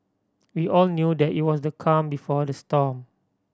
we all knew that it was the calm before the storm